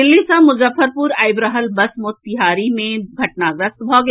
दिल्ली सँ मुजफ्फरपुर आबि रहल बस मोतिहारी मे घटना ग्रस्त भऽ गेल